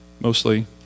mostly